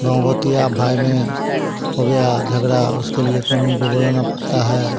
गाँव गोत या भाई में हो गया झगड़ा उसके लिए कानून को बुलाना पड़ता है